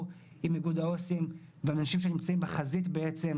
עם איגוד העו"סים ואנשים שנמצאים בחזית הניהול.